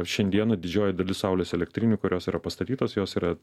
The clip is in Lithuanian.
šiandieną didžioji dalis saulės elektrinių kurios yra pastatytos jos yra